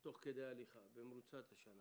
תוך כדי הליכה במרוצת השנה